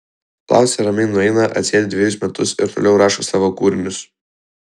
laucė ramiai nueina atsėdi dvejus metus ir toliau rašo savo kūrinius